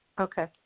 Okay